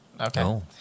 Okay